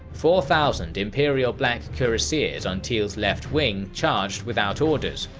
four thousand imperial black cuirassiers on tilly's left wing charged without orders,